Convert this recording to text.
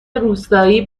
روستایی